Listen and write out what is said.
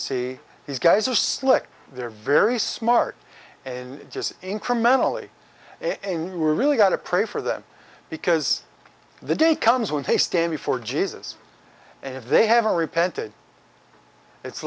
see these guys are slick they're very smart and just incrementally and we're really got to pray for them because the day comes when they stand before jesus and if they haven't repented it's